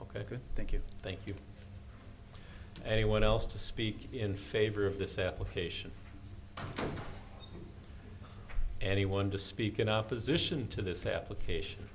ok thank you thank you and anyone else to speak in favor of this application anyone to speak in opposition to this application